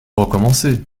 recommencer